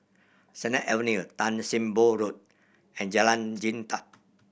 Sennett Avenue Tan Sim Boh Road and Jalan Jintan